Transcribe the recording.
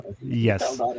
yes